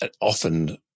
often